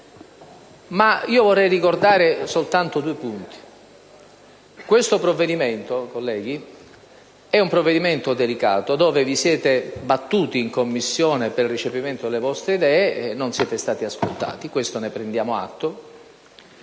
Vorrei però ricordare soltanto due dati. Questo, colleghi, è un provvedimento delicato, su di esso vi siete battuti in Commissione per il recepimento delle vostre idee e non siete stati ascoltati: di questo prendiamo atto.